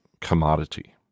commodity